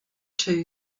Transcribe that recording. two